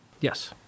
yes